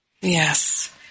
Yes